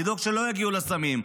לדאוג שלא יגיעו לסמים.